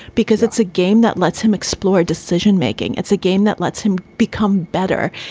because it's a game that lets him explore decision making. it's a game that lets him become better.